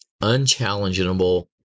unchallengeable